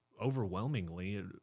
Overwhelmingly